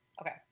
Okay